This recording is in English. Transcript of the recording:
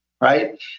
Right